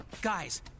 Guys